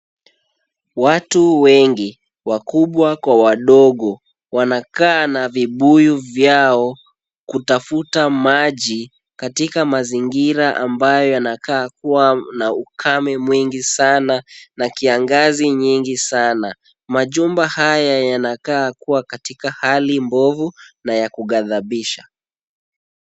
Watu wengi, wakubwa kwa wadogo, wanakaa na vibuyu vyao kutafuta maji katika mazingira ambayo yanakaa kuwa na ukame mwingi sana na kiangazi nyingi sana. Majumba haya yanakaa kuwa katika hali mbovu na ya kugadhabisha.